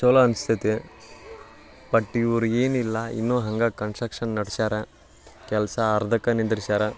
ಚೊಲೋ ಅನ್ನಿಸ್ತೈತಿ ಬಟ್ ಇವ್ರ್ಗೆ ಏನಿಲ್ಲ ಇನ್ನೂ ಹಂಗೇ ಕನ್ಸ್ಟ್ರಕ್ಷನ್ ನಡ್ಸ್ಯಾರೆ ಕೆಲಸ ಅರ್ಧಕ್ಕೇ ನಿಂದಿಸ್ಯಾರೆ